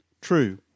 True